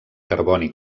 carboni